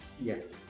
Yes